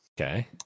Okay